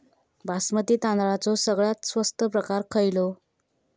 बासमती तांदळाचो सगळ्यात स्वस्त प्रकार खयलो?